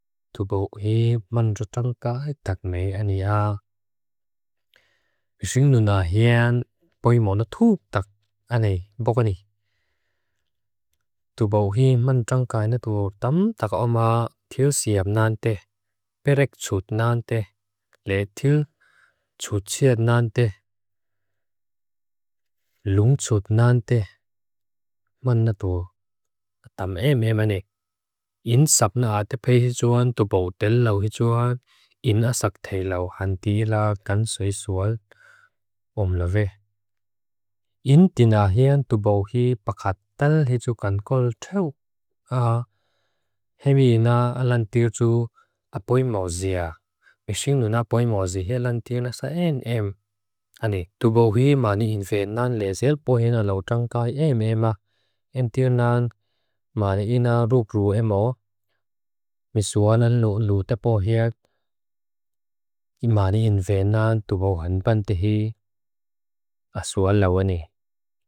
Tubo hi manjot jangka hi tak me anya. Bixing nunah ien boi mona thub tak aney boka ni. Tubo hi manjot jangka hi na tuo tam tak oma tiusi apnante, perek chut nante, le tiu chuchi apnante, lung chut nante, man na tuo. Tama e me ma ni, in sab na a te pei hi chut nante, tubo te lu hi chut nante, in asak thai lu han di la gan sui sui o mleve. In din ah hi an tubo hi baka tal hi chut gan ko chut, ah he mi na anlante ju a boi moziya. Bixing nunah boi mozi hi anlante ju nasa en em. Ani, tubo hi mani hin fe nan le zel boi hi na lu jangka hi e me ma. Em tiu nan mani ina lu ru he mo, mi sua nan lu lu tapo hi ak, ima ni in ven nan tubo han ban te hi asua la wane.